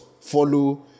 Follow